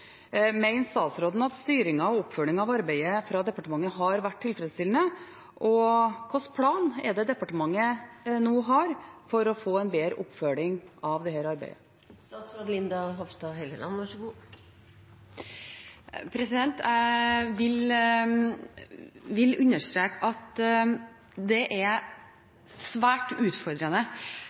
statsråden at styringen og oppfølgingen av arbeidet fra departementet har vært tilfredsstillende? Og hva slags plan har departementet nå for å få en bedre oppfølging av dette arbeidet? Jeg vil understreke at det er svært utfordrende å digitalisere på en tilfredsstillende måte, på en god nok måte, alle deler av kulturarven. Det